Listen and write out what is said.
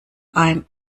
ein